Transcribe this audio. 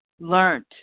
learned